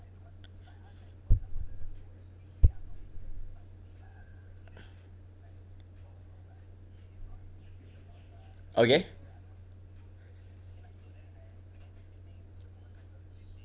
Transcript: okay